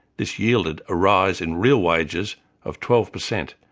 this yielded a rise in real wages of twelve percent,